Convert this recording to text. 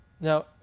Now